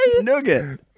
Nougat